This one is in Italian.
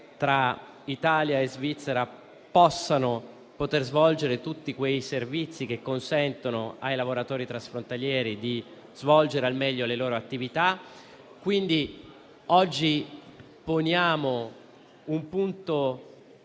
tra Italia e Svizzera possano offrire tutti quei servizi che consentano ai lavoratori transfrontalieri di svolgere al meglio le loro attività. Oggi poniamo un punto di termine